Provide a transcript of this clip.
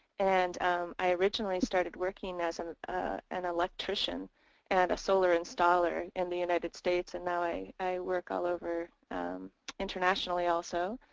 and um i originally started working as an electrician and a solar installer in the united states and now i work all over internationally also.